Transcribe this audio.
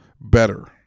better